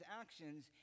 actions